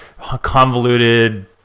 convoluted